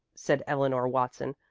said eleanor watson,